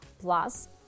plus